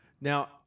Now –